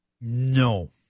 No